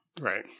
Right